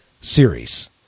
series